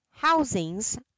Housings